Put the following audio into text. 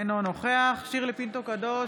אינו נוכח שירלי פינטו קדוש,